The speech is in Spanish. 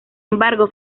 embargo